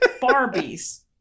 Barbie's